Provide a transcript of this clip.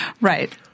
right